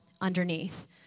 underneath